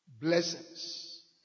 blessings